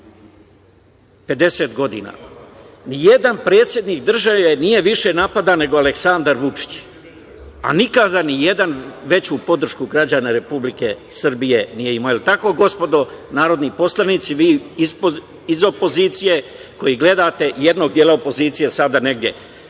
50 godina, ni jedan predsednik države nije više napadan nego Aleksandar Vučić, a nikada ni jedan veću podršku građana Republike Srbije nije imao. Da li je tako, gospodo narodni poslanici, vi iz opozicije koji gledate sada negde,